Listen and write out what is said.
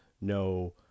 no